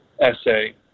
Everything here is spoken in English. essay